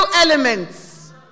elements